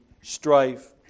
strife